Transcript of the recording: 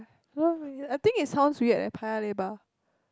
oh I think it sounds weird eh Paya-Lebar